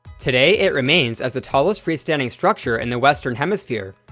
today, it remains as the tallest free-standing structure in the western hemisphere,